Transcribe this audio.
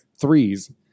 threes